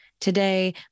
Today